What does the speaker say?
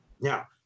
Now